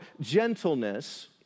gentleness